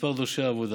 במספר דורשי העבודה,